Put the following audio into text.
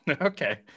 Okay